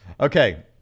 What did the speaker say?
Okay